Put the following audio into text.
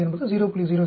99 என்பது 0